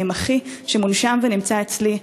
אני עם אחי שמונשם ונמצא אצלי.